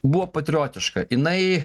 buvo patriotiška jinai